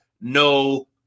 no